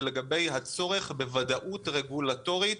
ולגבי הצורך בוודאות רגולטורית,